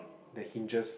the hinges